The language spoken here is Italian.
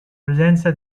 presenza